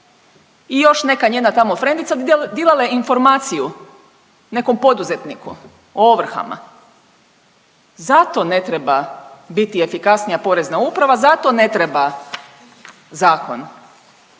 i još neka njena tamo frendica dilale informaciju nekom poduzetniku o ovrhama. Zato ne treba biti efikasnija Porezna uprava, zato ne treba zakon.